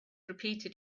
repeated